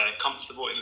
comfortable